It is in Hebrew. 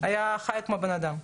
היה חי כמו בן אדם.